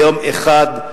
ליום אחד,